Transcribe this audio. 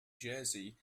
jersey